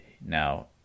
now